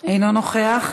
אינו נוכח.